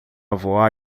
voar